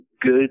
good